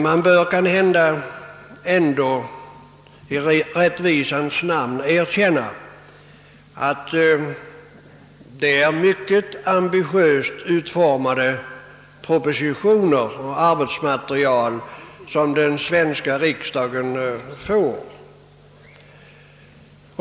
Man bör kanske ändå i rättvisans namn erkänna, att det som arbetsmaterial är mycket ambitiöst utformade propositioner som den svenska riksdagen får.